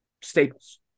staples